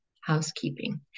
housekeeping